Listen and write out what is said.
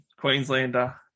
Queenslander